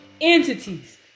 entities